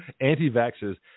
anti-vaxxers